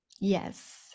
Yes